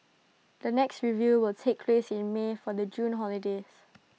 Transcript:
the next review will take place in may for the June holidays